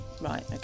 Right